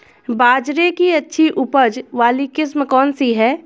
बाजरे की अच्छी उपज वाली किस्म कौनसी है?